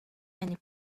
and